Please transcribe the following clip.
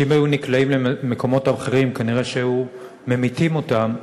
שאם היו נקלעים למקומות אחרים כנראה היו ממיתים אותם,